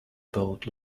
boat